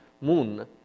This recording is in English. moon